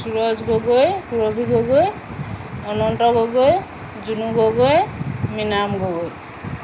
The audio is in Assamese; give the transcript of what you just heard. সুৰজ গগৈ সুৰভী গগৈ অনন্ত গগৈ জুনু গগৈ মিনাৰাম গগৈ